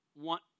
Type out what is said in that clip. want